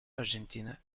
argentina